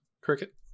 cricket